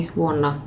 vuonna